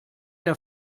der